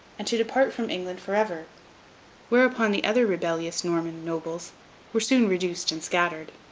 and to depart from england for ever whereupon the other rebellious norman nobles were soon reduced and scattered.